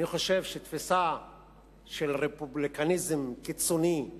אני חושב שתפיסה של רפובליקניזם קיצוני,